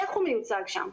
איך הוא מיוצג שם.